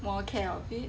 more care of it